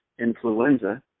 influenza